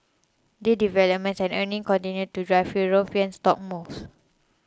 deal developments and earnings continued to drive European stock moves